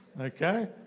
Okay